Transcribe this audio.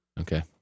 okay